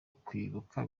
kwibuka